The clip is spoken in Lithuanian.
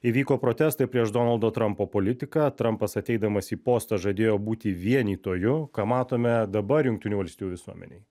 įvyko protestai prieš donaldo trampo politiką trampas ateidamas į postą žadėjo būti vienytoju ką matome dabar jungtinių valstijų visuomenėj